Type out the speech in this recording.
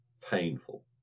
painful